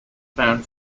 found